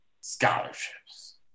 scholarships